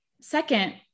Second